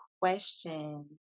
question